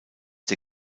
der